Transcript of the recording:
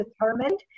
determined